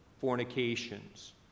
fornications